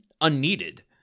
unneeded